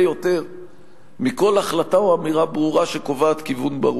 יותר מכל החלטה או אמירה ברורה שקובעת כיוון ברור.